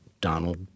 Donald